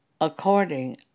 according